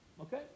Okay